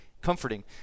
comforting